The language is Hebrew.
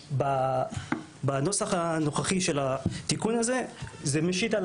הנוסח הנוכחי של התיקון הזה משית על